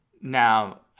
Now